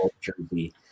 jersey